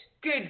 good